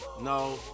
No